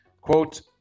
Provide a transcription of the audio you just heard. Quote